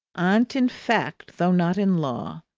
aunt in fact, though not in law.